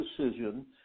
decision